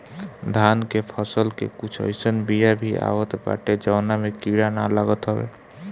धान के फसल के कुछ अइसन बिया भी आवत बाटे जवना में कीड़ा ना लागत हवे